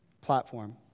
platform—